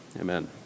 Amen